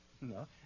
No